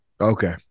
Okay